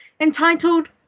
entitled